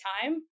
time